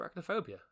arachnophobia